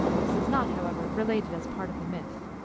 this is not, however, related as part of the myth.